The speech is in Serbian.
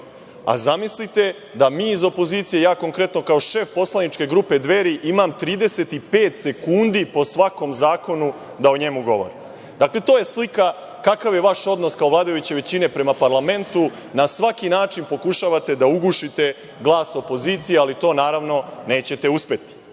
a zamislite, da mi iz opozicije, ja konkretno kao šef poslaničke grupe Dveri imam 35 sekundi po svakom zakonu da o njemu govorim. Dakle, to je slika kakav je vaš odnos kao vladajuće većine prema parlamentu, na svaki način pokušavate da ugušite glas opozicije, ali to naravno, nećete uspeti. Koja